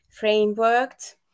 frameworked